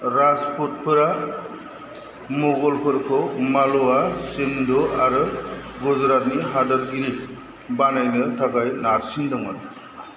राजपुतफोरा मुगलफोरखौ मालवा सिन्धु आरो गुजरातनि हादोरगिरि बानायनो थाखाय नारसिन्दोंमोन